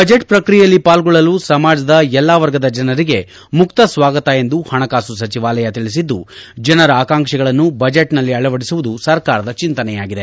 budget ಪ್ರಕ್ರಿಯೆಯಲ್ಲಿ ಪಾಲ್ಗೊಳ್ಳಲು ಸಮಾಜದ ಎಲ್ಲಾ ವರ್ಗದ ಜನರಿಗೆ ಮುಕ್ತ ಸ್ವಾಗತ ಎಂದು ಹಣಕಾಸು ಸಚಿವಾಲಯ ತಿಳಿಸಿದ್ದು ಜನರ ಆಕಾಂಕ್ಷೆಗಳನ್ನು ಬಜೆಟ್ನಲ್ಲಿ ಅಳವಡಿಸುವುದು ಸರ್ಕಾರದ ಚಿಂತನೆಯಾಗಿದೆ